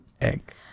egg